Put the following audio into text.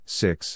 six